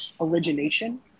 origination